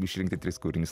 išrinkti tris kūrinius